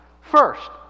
first